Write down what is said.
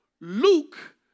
Luke